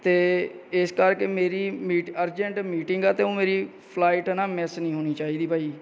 ਅਤੇ ਇਸ ਕਰਕੇ ਮੇਰੀ ਮੀਟ ਅਰਜੈਂਟ ਮੀਟਿੰਗ ਆ ਅਤੇ ਉਹ ਮੇਰੀ ਫਲਾਈਟ ਨਾ ਮਿਸ ਨਹੀਂ ਹੋਣੀ ਚਾਹੀਦੀ ਭਾਅ ਜੀ